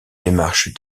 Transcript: démarches